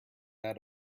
out